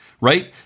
right